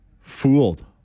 fooled